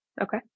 Okay